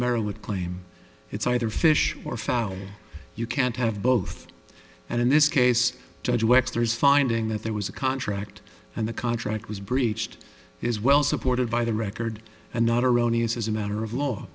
maryland claim it's either fish or foul you can't have both and in this case judge webster's finding that there was a contract and the contract was breached is well supported by the record and not erroneous as a matter of law